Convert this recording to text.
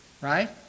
right